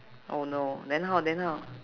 oh no then how then how